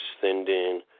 sending